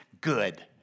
good